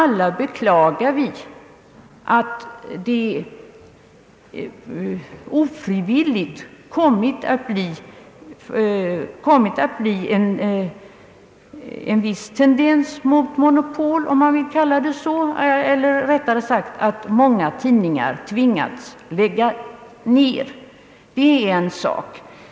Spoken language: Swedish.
Vi beklagar alla att det genom ett slags automatik kommit att bli en viss monopoltendens, eller rättare sagt att många tidningar tvingats till nedläggning. Det är en sak.